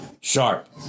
sharp